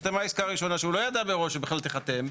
נחתמה עסקה ראשונה שהוא לא ידע מראש היא בכלל תיחתם.